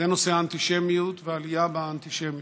וזה נושא האנטישמיות והעלייה באנטישמיות.